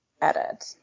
edit